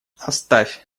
оставь